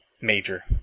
major